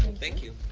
thank you.